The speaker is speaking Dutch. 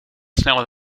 sneller